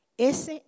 ese